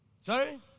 Sorry